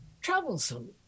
troublesome